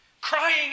crying